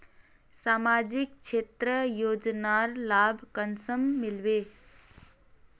सामाजिक क्षेत्र योजनार लाभ कुंसम मिलबे?